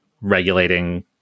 regulating